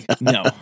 No